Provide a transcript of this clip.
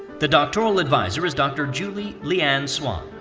the doctoral advisor is dr. julie leanne swann.